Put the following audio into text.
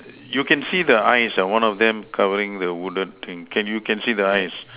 you can see the eyes ah one of them covering the wooden thing can you can see the eyes